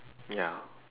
ya